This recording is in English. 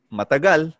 matagal